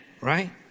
right